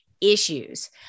issues